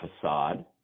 facade